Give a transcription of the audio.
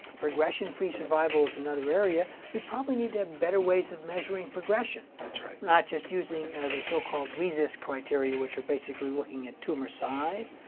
progression-free survival is another area. we probably need to have better ways of measuring progression, ah not just using the so-called recist criteria which are basically looking at tumor size.